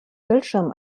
bildschirmen